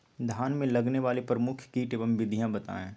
धान में लगने वाले प्रमुख कीट एवं विधियां बताएं?